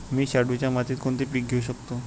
मी शाडूच्या मातीत कोणते पीक घेवू शकतो?